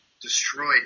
destroyed